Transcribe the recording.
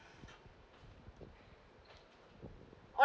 or